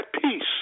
peace